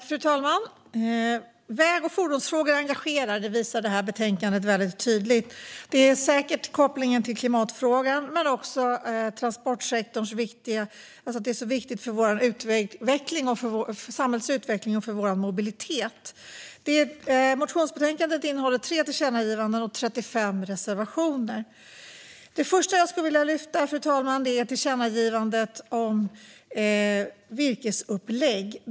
Fru talman! Väg och fordonsfrågor engagerar. Det visar detta betänkande väldigt tydligt. Det handlar säkert om kopplingen till klimatfrågan men också om att transportsektorn är viktig för samhällets utveckling och för vår mobilitet. Motionsbetänkandet innehåller tre tillkännagivanden och 35 reservationer. Det första jag skulle vilja lyfta, fru talman, är tillkännagivandet om virkesupplag.